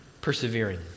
persevering